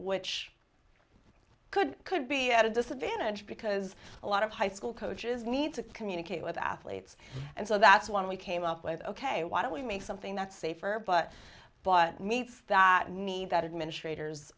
which could could be at a disadvantage because a lot of high school coaches need to communicate with athletes and so that's one we came up with ok why don't we make something that's safer but meets that need that administrator